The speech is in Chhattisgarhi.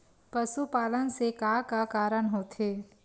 पशुपालन से का का कारण होथे?